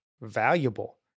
valuable